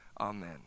Amen